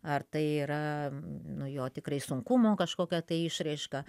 ar tai yra nu jo tikrai sunkumo kažkokia tai išraiška